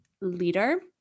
leader